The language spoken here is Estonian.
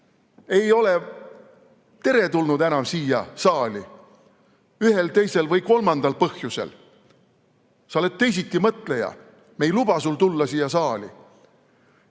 ei ole enam teretulnud siia saali ühel, teisel või kolmandal põhjusel, sa oled teisitimõtleja, me ei luba sul tulla siia saali,